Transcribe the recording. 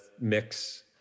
mix